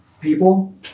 people